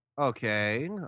Okay